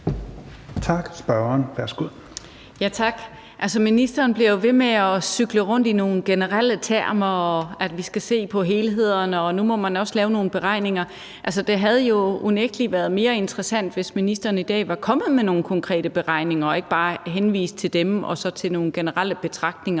Eva Kjer Hansen (V): Tak. Altså, ministeren bliver jo ved med at cykle rundt i nogle generelle termer, og at vi skal se på helhederne, og at nu må man også lave nogle beregninger. Det havde jo unægtelig været mere interessant, hvis ministeren i dag var kommet med nogle konkrete beregninger og ikke bare havde henvist til dem og til nogle generelle betragtninger.